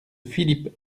philippe